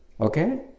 Okay